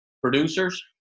producers